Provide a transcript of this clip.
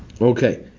Okay